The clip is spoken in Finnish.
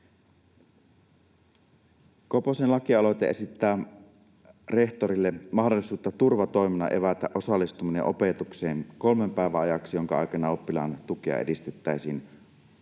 Koposen lakialoite esittää rehtorille mahdollisuutta turvatoimena evätä osallistuminen opetukseen kolmen päivän ajaksi, jonka aikana oppilaan tukea edistettäisiin